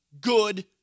good